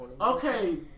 Okay